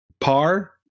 par